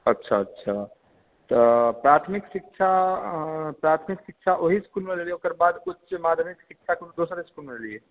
अच्छा अच्छा तऽ प्राथमिक शिक्षा प्राथमिक शिक्षा ओहि इसकुलमे लेलियै ओकर बाद उच्च माध्यमिक शिक्षा कोनो दोसर इसकुलमे लेलियै